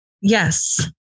Yes